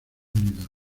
unidos